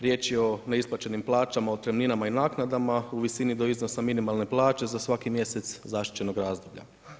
Riječ je o neisplaćenim plaćama, otpremninama i naknadama u visini do iznosa minimalne plaće za svaki mjesec zaštićenog razdoblja.